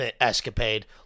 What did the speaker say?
escapade